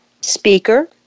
speaker